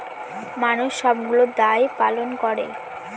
মানুষ সবগুলো দায় পালন করে